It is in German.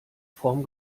form